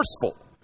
forceful